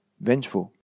vengeful